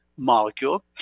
molecule